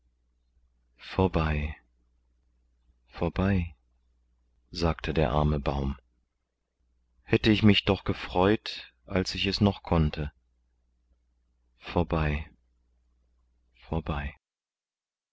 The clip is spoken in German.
vorbei vorbei sagte der arme baum hätte ich mich doch gefreut als ich es noch konnte vorbei vorbei